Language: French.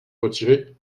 retiré